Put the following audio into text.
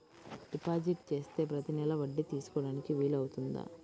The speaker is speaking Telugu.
డిపాజిట్ చేస్తే ప్రతి నెల వడ్డీ తీసుకోవడానికి వీలు అవుతుందా?